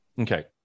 Okay